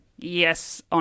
Yes